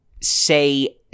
say